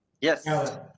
Yes